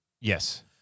Yes